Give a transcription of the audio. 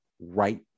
right